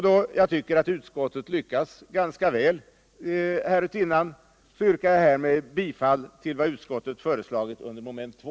Då jag tycker att utskottet har lyckats ganska väl med sina förslag härutinnan yrkar jag härmed bifall till vad utskottet hemställt under mom. 2.